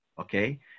Okay